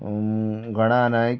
गणा नायक